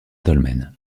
dolmen